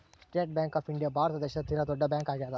state bank of India Bharat ದೇಶದ ತೀರ ದೊಡ್ಡ ಬ್ಯಾಂಕ್ ಆಗ್ಯಾದ